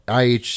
IH